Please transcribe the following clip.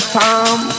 time